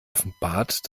offenbart